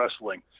wrestling